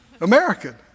American